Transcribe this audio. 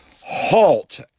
halt